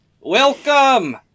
Welcome